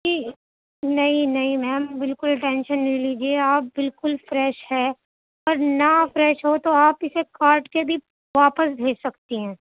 جی نہیں نہیں میم بالکل ٹینشن نہیں لیجیے آپ بالکل فریش ہے اور نہ فریش ہو تو آپ اسے کاٹ کے بھی واپس بھیج سکتی ہیں